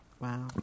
Wow